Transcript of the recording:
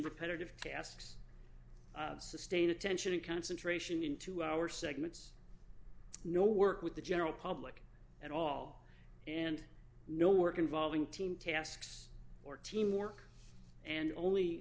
repetitive tasks sustained attention and concentration into our segments no work with the general public at all and no work involving team tasks or teamwork and only